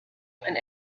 and